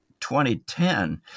2010